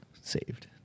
saved